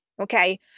Okay